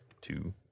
Two